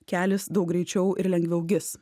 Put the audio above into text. kelis daug greičiau ir lengviau gis